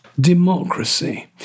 Democracy